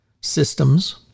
systems